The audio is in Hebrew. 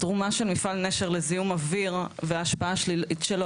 התרומה של מפעל נשר לזיהום אוויר והשפעה השלילית שלו